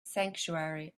sanctuary